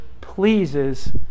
pleases